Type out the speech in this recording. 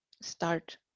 start